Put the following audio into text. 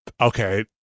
Okay